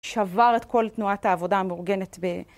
שבר את כל תנועת העבודה המאורגנת.